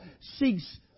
seeks